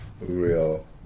real